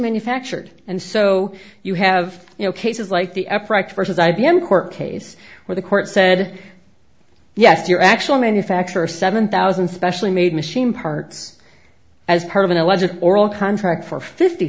manufactured and so you have you know cases like the upright vs i b m court case where the court said yes your actual manufacture seven thousand specially made machine parts as part of an allegedly oral contract for fifty